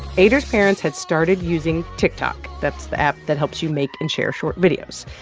eyder's parents had started using tiktok. that's the app that helps you make and share short videos.